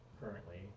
currently